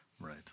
right